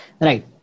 Right